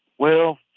well,